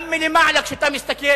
גם מלמעלה כשאתה מסתכל,